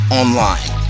online